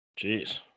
Jeez